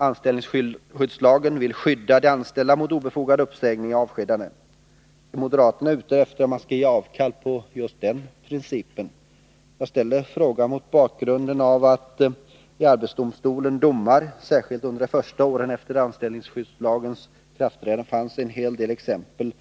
Anställningsskyddslagen vill skydda de anställda mot obefogade uppsägningar och avskedanden. Är moderaterna ute efter att man skall ge avkall på just den principen? Jag ställer den frågan mot bakgrund av att det i domar i arbetsdomstolen, särskilt under de första åren efter anställningsskyddslagens ikraftträdande, finns en hel del exempel